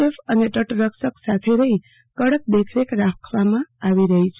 F અને તટરક્ષક સાથે રહી કડક દેખરેખ રાખવામાં આવી રહી છે